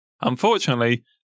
Unfortunately